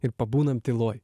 ir pabūnam tyloj